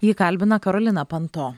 jį kalbina karolina panto